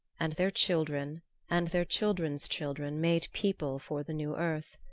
and their children and their children's children made people for the new earth.